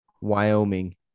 Wyoming